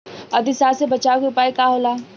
अतिसार से बचाव के उपाय का होला?